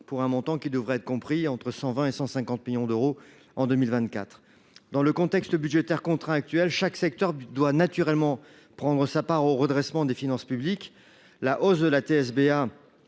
pour un montant qui devrait être compris entre 120 millions et 150 millions d’euros cette année. Dans le contexte budgétaire contraint actuel, chaque secteur doit naturellement prendre sa part au redressement des finances publiques. La hausse de la taxe